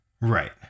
Right